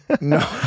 No